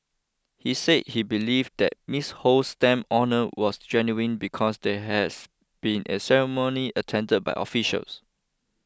he said he believed that Miss Ho's stamp honour was genuine because there has been a ceremony attended by officials